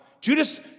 Judas